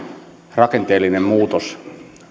rakenteellinen muutos